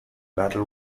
battle